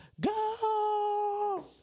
go